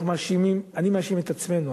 אני מאשים את עצמנו.